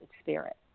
spirit